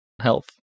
health